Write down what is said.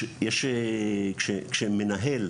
כשמנהל,